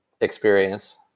experience